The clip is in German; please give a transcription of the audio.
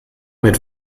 mit